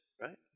right